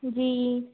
जी